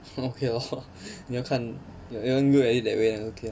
okay lor 你要看 you you want look at it that way then okay lor